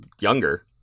Younger